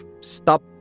Stop